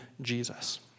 Jesus